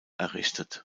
errichtet